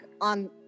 on